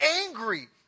angry